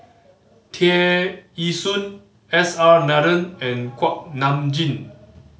Tear Ee Soon S R Nathan and Kuak Nam Jin